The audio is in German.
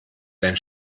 dein